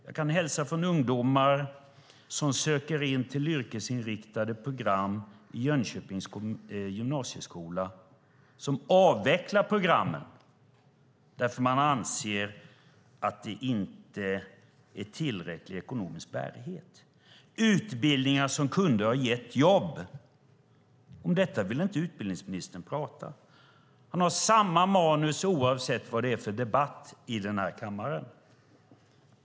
Jag kan hälsa från ungdomar som söker in till yrkesinriktade program i Jönköpings gymnasieskola. De programmen avvecklas därför att man anser att de inte har tillräckligt ekonomisk bärighet. Det är utbildningar som kunde ha gett jobb. Om detta vill inte utbildningsministern tala. Han har samma manus oavsett vad det är för debatt i den här kammaren.